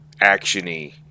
action-y